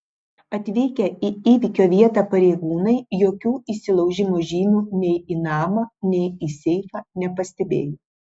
atvykę į įvykio vietą pareigūnai jokių įsilaužimo žymių nei į namą nei į seifą nepastebėjo